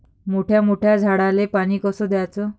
मोठ्या मोठ्या झाडांले पानी कस द्याचं?